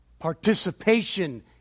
participation